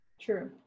True